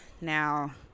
Now